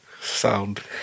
Sound